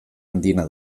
handiena